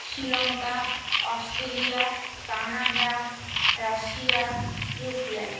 Sri Lanka Australia Canada Russia Ukraine